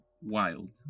wild